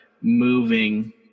moving